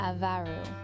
Avaru